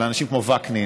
ועל אנשים כמו וקנין,